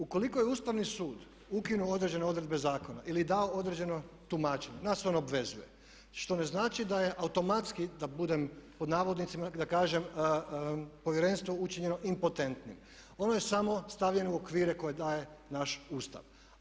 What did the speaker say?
Ukoliko je Ustavni sud ukinuo određene odredbe zakona ili dao određena tumačenja, nas on obvezuje što ne znači da je automatski, da budem pod navodnicima da kažem Povjerenstvo učinjeno impotentnim, ono je samo stavljeno u okvire koje daje naš Ustav.